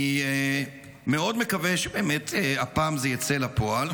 אני מאוד מקווה, שהפעם זה יצא לפועל.